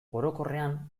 orokorrean